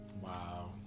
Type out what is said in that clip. wow